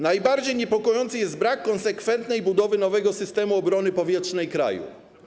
Najbardziej niepokojący jest brak konsekwentnej budowy nowego systemu obrony powietrznej kraju.